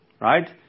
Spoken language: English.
right